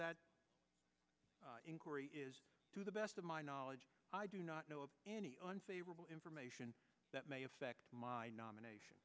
that inquiry is to the best of my knowledge i do not know of any unfavorable information that may affect my nomination